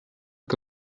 que